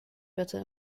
bitte